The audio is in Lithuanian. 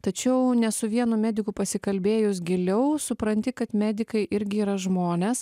tačiau ne su vienu mediku pasikalbėjus giliau supranti kad medikai irgi yra žmonės